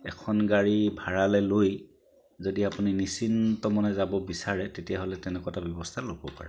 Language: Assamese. এখন গাড়ী ভাড়ালৈ লৈ যদি আপুনি নিশ্চিন্ত মনে যাব বিচাৰে তেতিয়াহ'লে তেনেকুৱা এটা ব্যৱস্থা ল'ব পাৰে